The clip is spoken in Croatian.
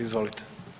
Izvolite.